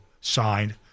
signed